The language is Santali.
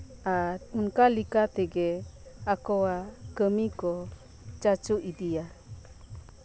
ᱟᱨ ᱚᱱᱠᱟ ᱞᱮᱠᱟ ᱛᱮᱜᱮ ᱟᱠᱳᱣᱟᱜ ᱠᱟᱹᱢᱤ ᱠᱚ ᱪᱟᱪᱳ ᱤᱫᱤᱭᱟ